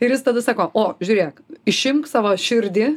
ir jis tada sako o žiūrėk išimk savo širdį